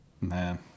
Man